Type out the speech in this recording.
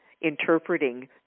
interpreting